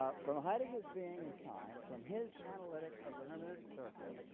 ah from heidegger's being and time, from his analytic of the hermeneutic circle,